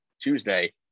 Tuesday